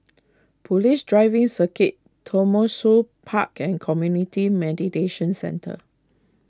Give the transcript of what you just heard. Police Driving Circuit Tembusu Park and Community meditation Centre